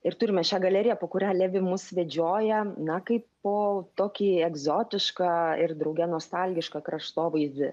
ir turime šią galeriją po kurią levi mus vedžioja na kaip po tokį egzotišką ir drauge nostalgišką kraštovaizdį